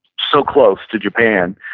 so close to japan,